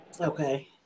Okay